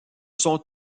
sont